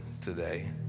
today